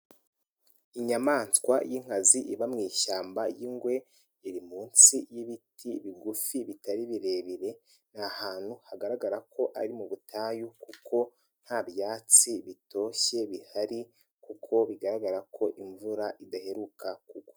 Inyamaswa y'inkazi iba mushyamba y'ingwe, iri munsi y'ibiti bigufi bitari birebire, ni ahantu hagaragara ko ari mu butayu, kuko nta byatsi bitoshye bihari, kuko bigaragara ko imvura idaheruka kugwa.